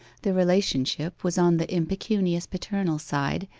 the relationship was on the impecunious paternal side,